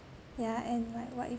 yeah and like what if